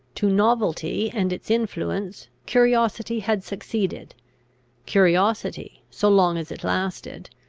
to novelty and its influence, curiosity had succeeded curiosity, so long as it lasted,